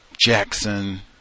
Jackson